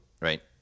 right